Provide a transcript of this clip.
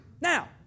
Now